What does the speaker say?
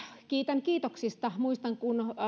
kiittää kiitoksista muistan kun